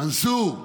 מנסור,